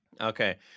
Okay